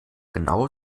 genau